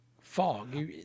fog